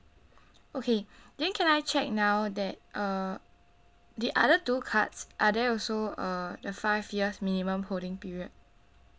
okay then can I check now that uh the other two cards are there also uh the five years minimum holding period